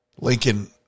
Lincoln